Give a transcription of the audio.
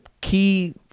key